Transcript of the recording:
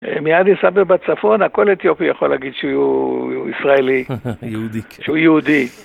מיד יספר בצפון, הכל אתיופי, יכול להגיד שהוא ישראלי, שהוא יהודי.